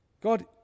God